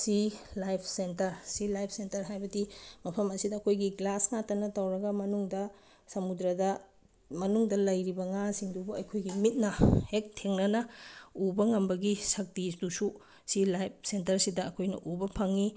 ꯁꯤ life center sea life center ꯍꯥꯏꯕꯗꯤ ꯃꯐꯝ ꯑꯁꯤꯗ ꯑꯩꯈꯣꯏꯒꯤ ꯒ꯭ꯂꯥꯁ ꯉꯥꯛꯇꯅ ꯇꯧꯔꯒ ꯃꯅꯨꯡꯗ ꯁꯃꯨꯗ꯭ꯔꯗ ꯃꯅꯨꯡꯗ ꯂꯩꯔꯤꯕ ꯉꯥꯁꯤꯡꯗꯨꯕꯨ ꯑꯩꯈꯣꯏꯒꯤ ꯃꯤꯠꯅ ꯍꯦꯛ ꯊꯦꯡꯅꯅ ꯎꯕ ꯉꯝꯕꯒꯤ ꯁꯛꯇꯤꯗꯨꯁꯨ ꯁꯤ ꯂꯥꯏꯞ ꯁꯦꯟꯇꯔꯁꯤꯗ ꯑꯩꯈꯣꯏꯅ ꯎꯕ ꯐꯪꯉꯤ